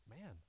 Man